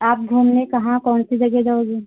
आप घूमने कहाँ कौन सी जगह जाओगी